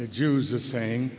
the jews are saying